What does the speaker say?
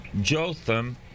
Jotham